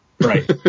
right